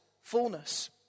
fullness